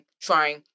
trying